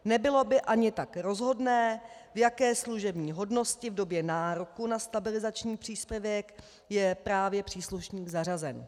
Nebylo by ani tak rozhodné, v jaké služební hodnosti v době nároku na stabilizační příspěvek je právě příslušník zařazen.